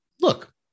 look